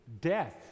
Death